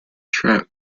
trout